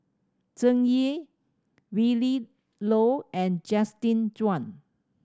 Tsung Yeh Willin Low and Justin Zhuang